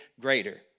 greater